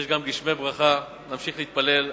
יש גם גשמי ברכה, ונמשיך להתפלל,